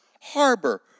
harbor